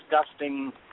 disgusting